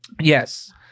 Yes